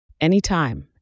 Anytime